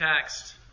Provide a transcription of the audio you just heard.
text